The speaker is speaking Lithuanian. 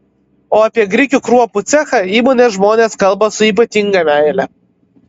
o apie grikių kruopų cechą įmonės žmonės kalba su ypatinga meile